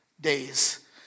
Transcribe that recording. days